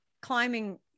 climbing